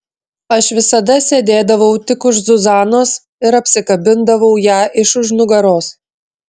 aš visada sėdėdavau tik už zuzanos ir apsikabindavau ją iš už nugaros